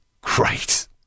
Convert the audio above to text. great